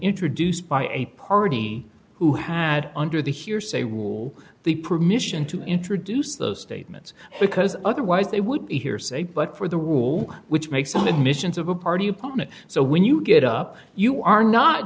introduced by a party who had under the hearsay rule the permission to introduce those statements because otherwise they would be hearsay but for the rule which makes some admissions of a party opponent so when you get up you are not